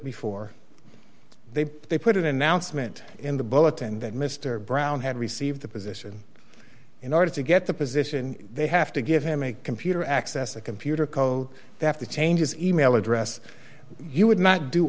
before they they put an announcement in the bulletin that mr brown had received the position in order to get the position they have to give him a computer access a computer code they have to change his email address you would not do